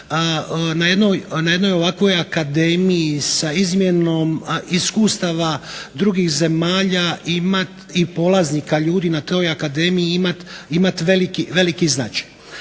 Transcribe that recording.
na jednoj ovakvoj akademiji sa izmjenom iskustava drugih zemalja imati i polaznika ljudi na toj akademiji imati veliki značaj.